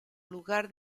lugar